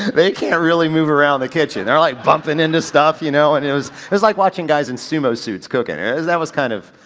they can't really move around the kitchen, they're like bumping into stuff, you know, and it it was, it was like watching guys in sumo suits cooking. that was kind of,